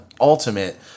ultimate